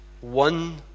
one